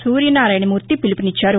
సూర్యనారాయణమూర్తి పిలుపునిచ్చారు